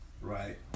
right